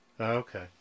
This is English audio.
Okay